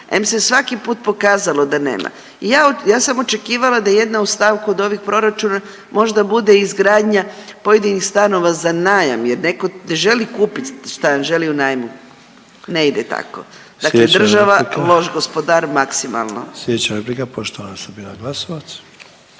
em se svaki put pokazalo da nema. Ja, ja sam očekivala da jedna u stavku od ovih proračuna možda bude i izgradnja pojedinih stanova za najam jer netko ne želi kupiti stan, želi u najmu. Ne ide tako. Dakle država, loš .../Upadica: Sljedeća replika …/... gospodar